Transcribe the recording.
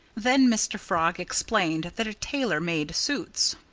then mr. frog explained that a tailor made suits.